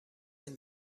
این